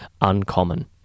Uncommon